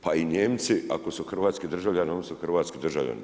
Pa i Nijemci ako su hrvatski državljani oni su hrvatski državljani.